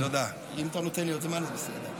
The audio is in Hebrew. אם אתה נותן לי עוד זמן אני אעשה את זה.